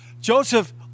Joseph